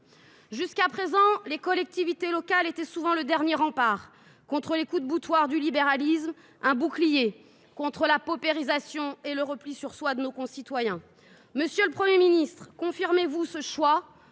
Jusqu’à présent, les collectivités locales étaient souvent le dernier rempart contre les coups de boutoir du libéralisme, un bouclier contre la paupérisation et le repli sur soi de nos concitoyens. Monsieur le Premier ministre, confirmez vous ce choix,